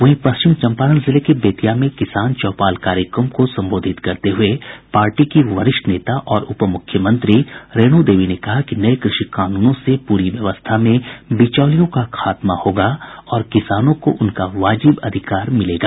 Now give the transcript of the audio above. वहीं पश्चिम चम्पारण जिले के बेतिया में किसान चौपाल कार्यक्रम को संबोधित करते हुये पार्टी की वरिष्ठ नेता और उपमुख्यमंत्री रेणु देवी ने कहा कि नये कृषि कानूनों से पूरी व्यवस्था में बिचौलियों का खात्मा होगा और किसानों को उनका वाजिब अधिकार मिलेगा